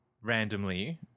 randomly